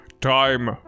Time